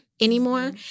anymore